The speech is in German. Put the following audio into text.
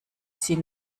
sie